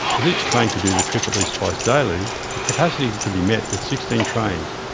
as each train could do the trip at least twice daily, the capacity could be met with sixteen trains.